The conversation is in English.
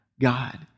God